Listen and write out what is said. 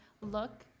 look